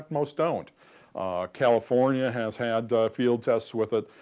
most don't california has had field tests with it,